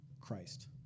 Christ